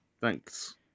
Thanks